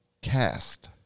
Cast